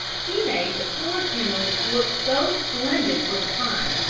he made the poor kennels look so splendid for the time,